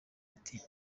ati